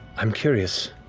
i'm curious,